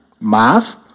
math